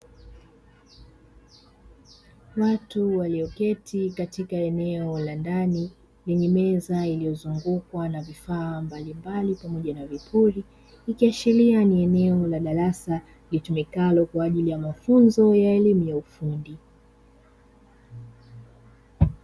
Watu walioketi katika eneo la ndani lenye meza zilizozungukwa na vifaa mbalimbali pamoja na vipuri, ikiashiria ni eneo la darasa litumikalo kwa ajili ya mafunzo ya elimu ya ufundi.